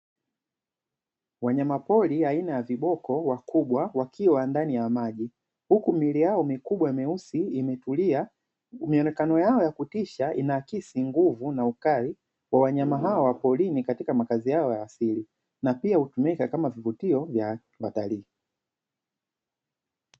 Wanyamapori aina ya viboko wakubwa wakiwa ndani ya maji, huku miili yao mikubwa myeusi imetulia. Muonekano wao wa kutisha unaakisi nguvu na ukali kwa wanyama hawa wa porini katika makazi yao ya asili. Na pia hutumika kama kivutio cha utalii.